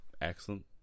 excellent